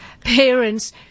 parents